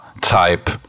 type